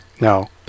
No